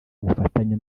bufatanye